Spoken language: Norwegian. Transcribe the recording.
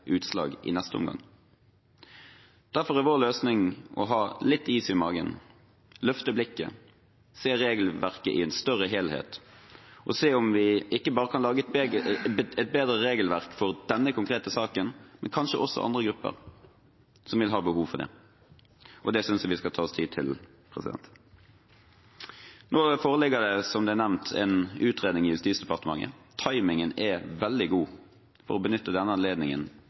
utslag i neste omgang. Derfor er vår løsning å ha litt is i magen, løfte blikket, se regelverket i en større helhet og se om vi kan lage et bedre regelverk – ikke bare for denne konkrete saken, men kanskje også for andre grupper som har behov for det. Det synes jeg vi skal ta oss tid til. Nå foreligger det som nevnt en utredning fra Justis- og beredskapsdepartementet. Timingen er veldig god for å benytte denne anledningen